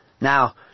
Now